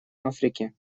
африке